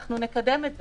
אנחנו נקדם את זה.